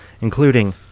including